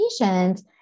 patients